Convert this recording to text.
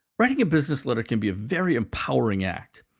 writing a business letter can be a very empowering act.